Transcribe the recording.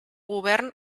govern